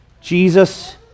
Jesus